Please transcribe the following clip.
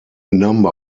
number